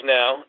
now